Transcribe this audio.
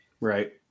Right